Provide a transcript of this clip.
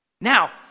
Now